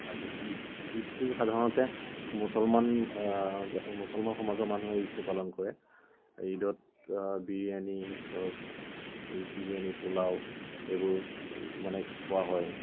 তাৰপিছত ঈদ ঈদটো সাধাৰণতে মুছলমান মুছলমান সমাজৰ মানুহে ঈদটো পালন কৰে ঈদত বিৰিয়ানি ধৰক বিৰিয়ানি পোলাও এইবোৰ মানে খোৱা হয়